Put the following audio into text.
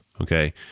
Okay